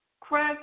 Craig